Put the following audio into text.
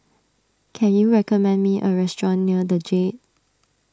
can you recommend me a restaurant near the Jade